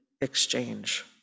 exchange